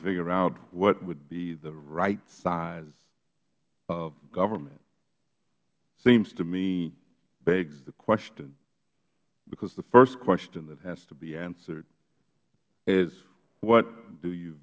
figure out what would be the right size of government it seems to me begs the question because the first question that has to be answered is what do you